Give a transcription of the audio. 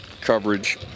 coverage